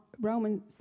Roman